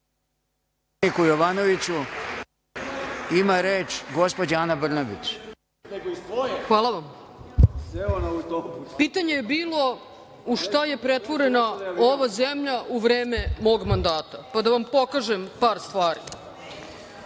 Hvala vam. Pitanje je bilo - u šta je pretvorena ova zemlja u vreme mog mandata? Pa da vam pokažem par stvari.